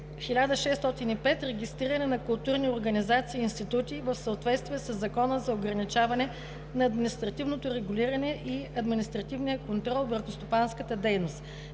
1605 „Регистриране на културни организации и институти“ в съответствие със Закона за ограничаване на административното регулиране и административния контрол върху стопанската дейност.